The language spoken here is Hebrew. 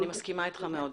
בהחלט, אני מסכימה אתך מאוד.